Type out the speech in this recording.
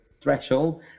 threshold